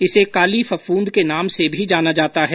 इसे काली फफूंद के नाम से भी जाना जाता है